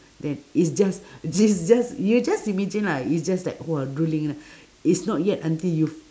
then it's just just just you just imagine lah it's just like !wah! drooling lah it's not yet until you